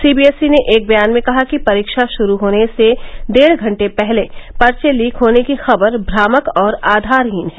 CBSE ने एक बयान में कहा कि परीक्षा श्रू होने से डेढ़ घंटे पहले पर्चे लीक होने की खबर भ्रामक और आधारहीन है